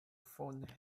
phone